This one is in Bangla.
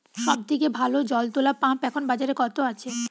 সব থেকে ভালো জল তোলা পাম্প এখন বাজারে কত আছে?